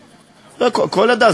לא, כל עדה.